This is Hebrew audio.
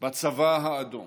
בצבא האדום.